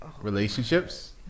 relationships